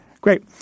Great